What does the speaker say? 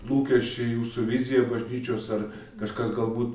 lūkesčiai jūsų vizija bažnyčios ar kažkas galbūt